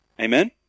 Amen